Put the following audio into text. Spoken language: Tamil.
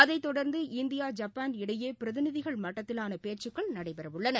அதைத் தொடர்ந்து இந்தியா ஜப்பான் இடையே பிரதிநிதிகள் மட்டத்திலான பேச்சுக்கள் நடைபெறவுள்ளன